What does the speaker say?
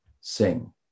sing